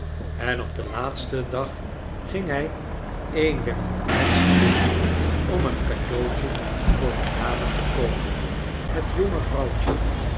en op den laatsten dag ging hij een der vermaardste binnen om een cadeautje voor een dame te koopen het jonge vrouwtje